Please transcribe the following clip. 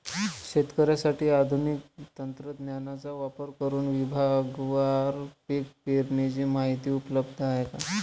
शेतकऱ्यांसाठी आधुनिक तंत्रज्ञानाचा वापर करुन विभागवार पीक पेरणीची माहिती उपलब्ध आहे का?